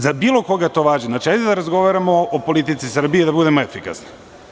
Za bilo koga to da važi, znači, hajde da razgovaramo o politici Srbije i da budemo efikasni.